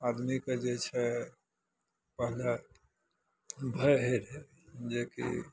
आदमीके जे छै पहले भय होइ रहे जे की